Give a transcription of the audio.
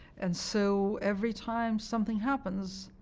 and so every time something happens,